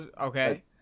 Okay